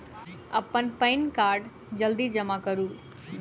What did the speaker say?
अप्पन पानि कार्ड जल्दी जमा करू?